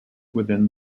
within